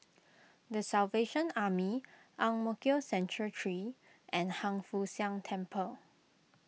the Salvation Army Ang Mo Kio Central three and Hiang Foo Siang Temple